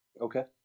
Okay